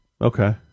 Okay